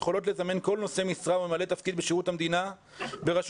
יכולות לזמן כל נושא משרה ותפקיד בשירות המדינה ברשות